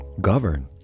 govern